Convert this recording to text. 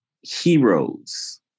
heroes